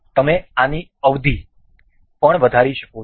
તમે આની અવધિ પણ વધારી શકો છો